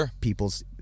people's